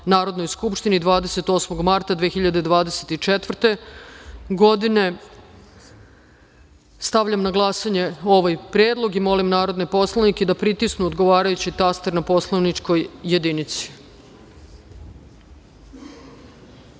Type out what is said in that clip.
Narodnoj skupštini 28. marta 2024. godine. Stavljam na glasanje ovaj predlog. Molim narodne poslanike da pritisnu odgovarajući taster na poslaničkoj